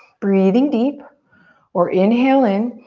breathing deep or inhale in.